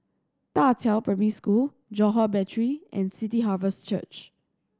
Da Qiao Primary School Johore Battery and City Harvest Church